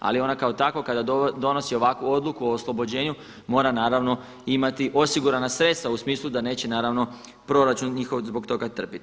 Ali ona kao takva kada donosi ovakvu odluku o oslobođenju mora naravno imati osigurana sredstva u smislu da neće naravno proračun njihov zbog toga trpiti.